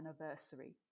anniversary